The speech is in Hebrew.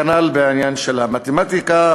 כנ"ל בעניין של מתמטיקה,